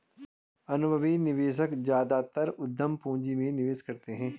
अनुभवी निवेशक ज्यादातर उद्यम पूंजी में निवेश करते हैं